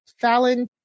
Fallon